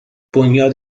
بنیاد